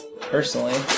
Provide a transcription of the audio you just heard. Personally